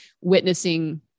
witnessing